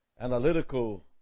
analytical